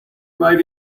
might